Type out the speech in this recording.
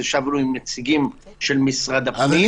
ישבנו עם נציגים של משרד הפנים.